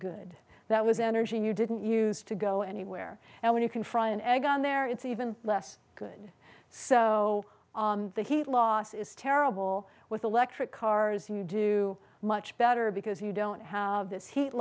good that was energy you didn't use to go anywhere and when you can fry an egg on there it's even less good so the heat loss is terrible with electric cars you do much better because you don't have this heat